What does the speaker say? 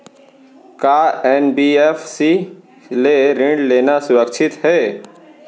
का एन.बी.एफ.सी ले ऋण लेना सुरक्षित हे?